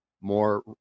more